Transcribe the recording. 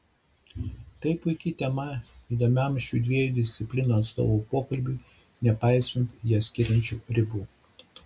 tai puiki tema įdomiam šių dviejų disciplinų atstovų pokalbiui nepaisant jas skiriančių ribų